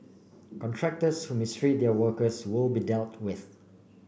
contractors who mistreat their workers will be dealt with